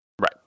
right